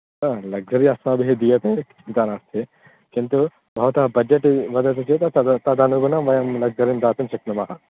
हा लग्सुरि अस्माभिः दीयते चिन्ता नास्ति किन्तु भवतः बज्जेट् वदति चेत् तद् तदनुगुणं वयं लग्सुरि दातुं शक्नुमः